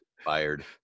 fired